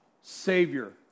Savior